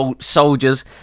Soldiers